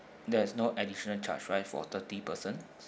there is no additional charge right for thirty persons